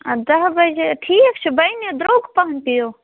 اَدٕ دہ بَجے ٹھیٖک چھُ بَنہِ درٛوٚگ پَہَن پیٚیو